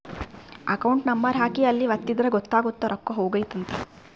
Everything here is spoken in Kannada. ಅಕೌಂಟ್ ನಂಬರ್ ಹಾಕಿ ಅಲ್ಲಿ ಒತ್ತಿದ್ರೆ ಗೊತ್ತಾಗುತ್ತ ರೊಕ್ಕ ಹೊಗೈತ ಅಂತ